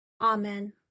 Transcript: amen